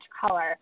color